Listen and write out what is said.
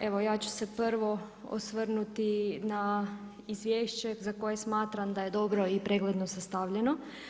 Evo ja ću se prvo osvrnuti na izvješće za koje smatram da je dobro i pregledno sastavljeno.